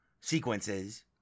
sequences